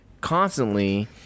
constantly